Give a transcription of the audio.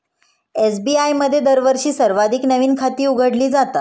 SBI मध्ये दरवर्षी सर्वाधिक नवीन खाती उघडली जातात